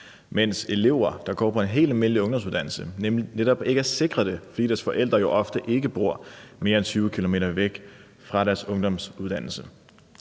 mens elever, der går på en helt almindelig ungdomsuddannelse, netop ikke er sikret det, fordi deres forældre jo ofte ikke bor mere end 20 km væk fra deres ungdomsuddannelse.